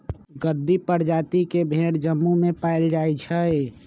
गद्दी परजाति के भेड़ जम्मू में पाएल जाई छई